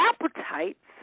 appetites